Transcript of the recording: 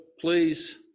please